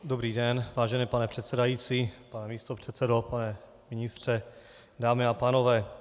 Dobrý den, vážený pane předsedající, pane místopředsedo, pane ministře, dámy a pánové.